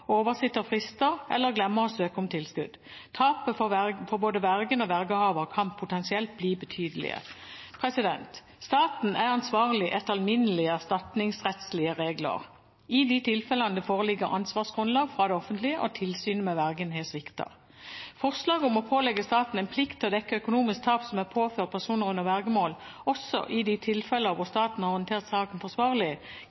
oversitter frister, eller glemmer å søke om tilskudd. Tapet for både vergen og vergehaveren kan potensielt bli betydelig. Staten er ansvarlig etter alminnelig erstatningsrettslige regler i de tilfellene det foreligger ansvarsgrunnlag fra det offentlige og tilsynet med vergen har sviktet. Forslaget om å pålegge staten en plikt til å dekke økonomisk tap som er påført personer under vergemål, også i de tilfeller hvor